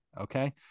Okay